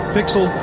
Pixel